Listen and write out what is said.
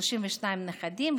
32 נכדים,